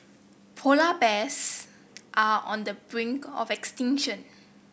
polar bears are on the brink of extinction